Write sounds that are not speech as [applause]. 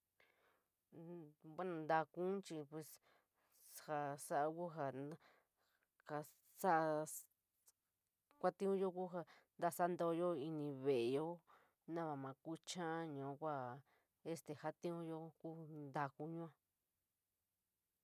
[unintelligible] taakuniechií pues jaa saja kuu ja saja ña kuatiiyo ku ja ntasomiyo ini veleyo nama maa ku enala yua kua este jatiiunyo kuu ntaku yua.